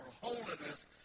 holiness